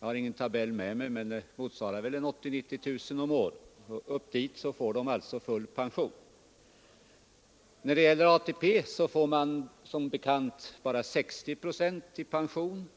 Jag har ingen lönetabell med mig, men jag förmodar att den lönegraden motsvarar 80 000 å 90 000 kronor om året. Från ATP får man som bekant bara 60 procent i pension,